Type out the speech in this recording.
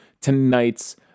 tonight's